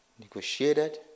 Negotiated